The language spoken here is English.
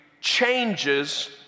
changes